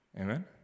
Amen